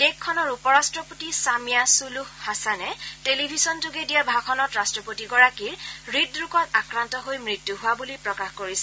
দেশখনৰ উপৰট্টপতি Samia Suluhu হাছানে টেলিভিছনযোগে দিয়া ভাষণত ৰাট্টপতিগৰাকীৰ হৃদৰোগত আক্ৰান্ত হৈ মৃত্যু হোৱা বুলি প্ৰকাশ কৰিছে